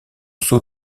saut